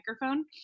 microphone